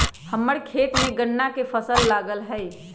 हम्मर खेत में गन्ना के फसल लगल हई